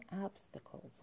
obstacles